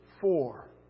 four